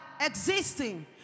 existing